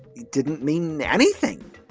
didn't mean anything.